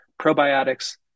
probiotics